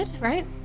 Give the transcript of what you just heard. Right